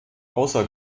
ausser